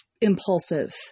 impulsive